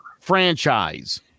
franchise